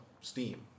steam